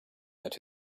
that